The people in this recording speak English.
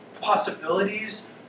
possibilities